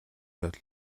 явдал